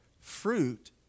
Fruit